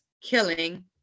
killing